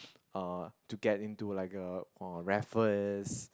uh to get into like a uh Raffles